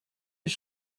his